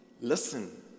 Listen